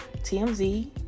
TMZ